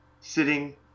Sitting